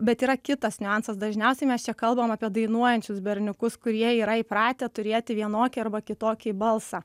bet yra kitas niuansas dažniausiai mes čia kalbam apie dainuojančius berniukus kurie yra įpratę turėti vienokį arba kitokį balsą